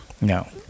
No